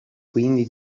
quindi